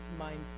mindset